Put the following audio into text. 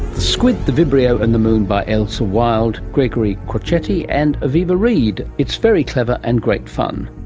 squid, the vibrio and the moon by ailsa wild, gregory crocetti and aviva reed. it's very clever and great fun